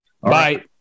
Bye